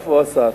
איפה השר?